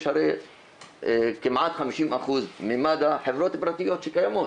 יש הרי כמעט 50 אחוז ממד"א חברות פרטיות שקיימות